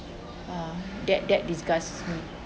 ah that that disgusts me